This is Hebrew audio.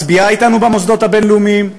מצביעה אתנו במוסדות הבין-לאומיים,